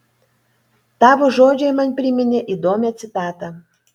tavo žodžiai man priminė įdomią citatą